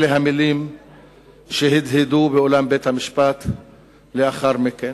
אלה המלים שהדהדו באולם בית-המשפט לאחר מכן.